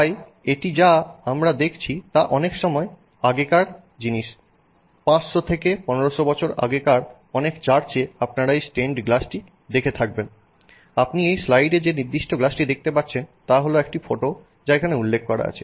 তাই এটি যা আমরা দেখছি তা অনেক সময় আগেকার জিনিস 500 থেকে 1500 বছর আগেকার অনেক চার্চে আপনারা এই স্টেইনড গ্লাসটি দেখে থাকবেন আপনি এই স্লাইডে যে নির্দিষ্ট গ্লাসটি দেখতে পাচ্ছেন তা হলো একটি ফটো যা এখানে উল্লেখ করা আছে